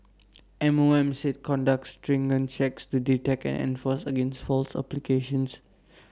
M O M said conducts stringent checks to detect and enforce against false applications